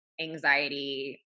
anxiety